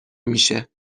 میشه